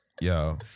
Yo